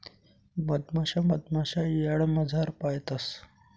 मधमाशा मधमाशा यार्डमझार पायतंस